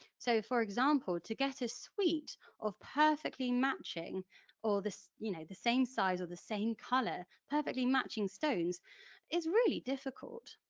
so for example, to get a suite of perfectly matching or you know the same size, or the same colour perfectly matching stones is really difficult.